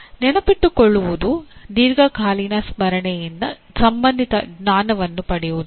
ನೆನಪಿಟ್ಟುಕೊಳ್ಳುವುದು ದೀರ್ಘಕಾಲೀನ ಸ್ಮರಣೆಯಿಂದ ಸಂಬಂಧಿತ ಜ್ಞಾನವನ್ನು ಪಡೆಯುವುದು